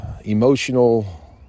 emotional